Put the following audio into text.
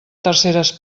terceres